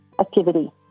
activity